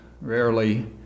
rarely